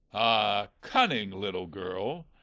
ah! cunning little girl,